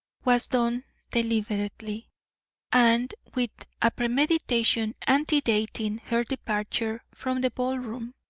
was done deliberately and with a premeditation antedating her departure from the ballroom.